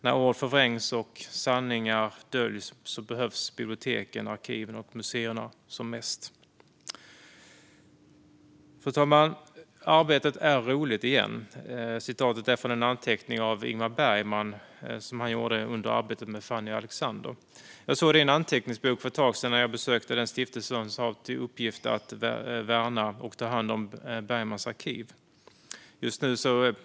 När ord förvrängs och sanningar döljs behövs biblioteken, arkiven och museerna som mest. Fru talman! "Arbetet är roligt igen." Citatet är från en anteckning av Ingmar Bergman som han gjorde under arbetet med Fanny och Alexander . Jag såg det i en anteckningsbok när jag för ett tag sedan besökte den stiftelse som har till uppgift att värna och ta hand om Bergmans arkiv.